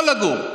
יכול לגור.